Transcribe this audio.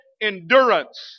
endurance